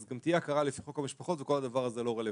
גם תהיה הכרה לפי חוק המשפחות וכל הדבר הזה לא רלוונטי.